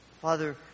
Father